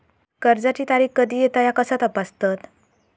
कर्जाची तारीख कधी येता ह्या कसा तपासतत?